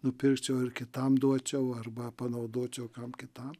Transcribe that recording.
nupirkčiau ar kitam duočiau arba panaudočiau kam kitam